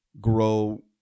grow